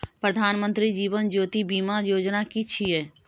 प्रधानमंत्री जीवन ज्योति बीमा योजना कि छिए?